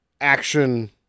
action